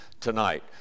tonight